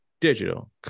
digital